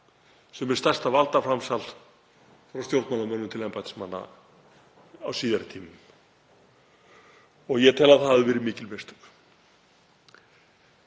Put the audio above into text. sem er stærsta valdframsal frá stjórnmálamönnum til embættismanna á síðari tímum, og ég tel að það hafi verið mikil mistök.